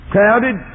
Crowded